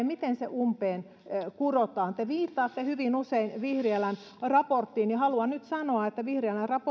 miten kestävyysvaje kurotaan umpeen te viittaatte hyvin usein vihriälän raporttiin ja haluan nyt sanoa että vihriälän